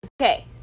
okay